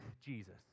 Jesus